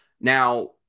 Now